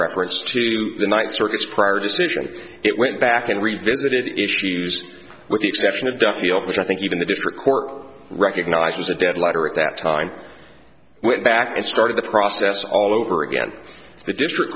preference to the ninth circuit's prior decision it went back and revisit it issues with the exception of duffield which i think even the district court recognizes a dead letter at that time went back and started the process all over again the district